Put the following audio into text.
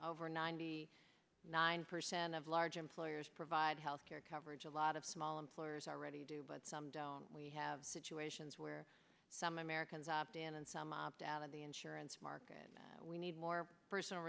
over ninety nine percent of large employers provide health care coverage a lot of small employers already do but we have situations where some americans opt in and some opt out of the insurance market we need more personal